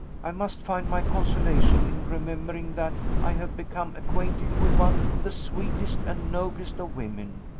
i must find my consolation in remembering that i have become acquainted with one of the sweetest and noblest of women,